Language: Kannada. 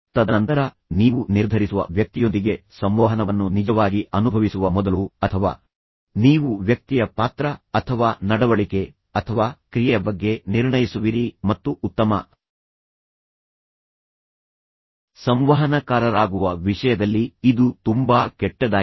ತದನಂತರ ನೀವು ನಿರ್ಧರಿಸುವ ವ್ಯಕ್ತಿಯೊಂದಿಗೆ ಸಂವಹನವನ್ನು ನಿಜವಾಗಿ ಅನುಭವಿಸುವ ಮೊದಲು ಅಥವಾ ನೀವು ವ್ಯಕ್ತಿಯ ಪಾತ್ರ ಅಥವಾ ನಡವಳಿಕೆ ಅಥವಾ ಕ್ರಿಯೆಯ ಬಗ್ಗೆ ನಿರ್ಣಯಿಸುವಿರಿ ಮತ್ತು ಉತ್ತಮ ಸಂವಹನಕಾರರಾಗುವ ವಿಷಯದಲ್ಲಿ ಇದು ತುಂಬಾ ಕೆಟ್ಟದಾಗಿದೆ